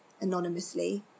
anonymously